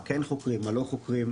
מה כן חוקרים ומה לא חוקרים.